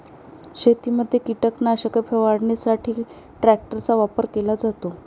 शेतीमध्ये कीटकनाशक फवारणीसाठी ट्रॅक्टरचा वापर केला जातो